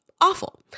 awful